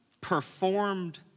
performed